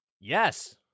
Yes